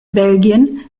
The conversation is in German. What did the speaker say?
belgien